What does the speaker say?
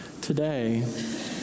Today